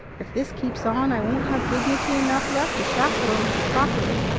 if this keeps on, i won't have dignity enough left to chaperon you properly.